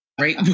right